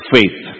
Faith